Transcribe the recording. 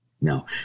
No